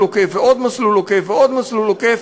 עוקף ועוד מסלול עוקף ועוד מסלול עוקף,